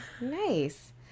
Nice